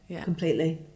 completely